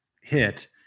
hit